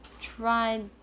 tried